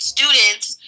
Students